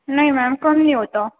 نہیں میم کم نہیں ہوتا